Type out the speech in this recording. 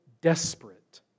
desperate